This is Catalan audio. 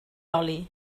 oli